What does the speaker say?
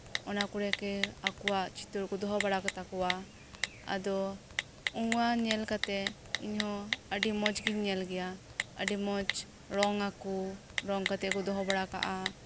ᱚᱱᱟ ᱠᱚᱨᱮ ᱜᱮ ᱟᱠᱚᱣᱟᱜ ᱪᱤᱛᱟᱹᱨ ᱠᱚ ᱫᱚᱦᱚ ᱵᱟᱲᱟ ᱠᱟᱛᱟ ᱠᱚᱣᱟ ᱟᱫᱚ ᱚᱱᱟ ᱧᱮᱞ ᱠᱟᱛᱮᱫ ᱤᱧᱦᱚ ᱟᱹᱰᱤ ᱢᱚᱸᱡᱽᱜᱤᱧ ᱧᱮᱞ ᱜᱮᱭᱟ ᱟᱹᱰᱤ ᱢᱚᱸᱡᱽ ᱨᱚᱝ ᱟᱠᱚ ᱨᱚᱥ ᱠᱟᱛᱮᱫ ᱠᱚ ᱫᱚᱦᱚ ᱵᱟᱲᱟᱠᱟᱜᱼᱟ